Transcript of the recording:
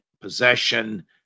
possession